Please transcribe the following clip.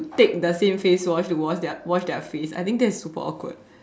take the same face wash to wash their to wash their face I think that is super awkward